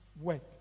work